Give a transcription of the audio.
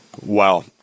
wow